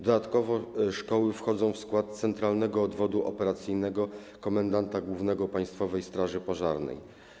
Dodatkowo szkoły wchodzą w skład centralnego odwodu operacyjnego komendanta głównego Państwowej Straży Pożarnej.